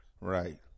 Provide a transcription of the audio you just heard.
Right